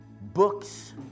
books